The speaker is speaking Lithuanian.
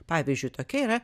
pavyzdžiui tokia yra